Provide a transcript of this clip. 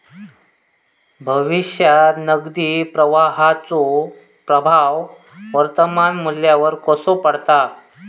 भविष्यात नगदी प्रवाहाचो प्रभाव वर्तमान मुल्यावर कसो पडता?